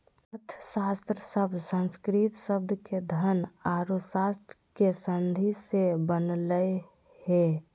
अर्थशास्त्र शब्द संस्कृत शब्द के धन औरो शास्त्र के संधि से बनलय हें